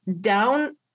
down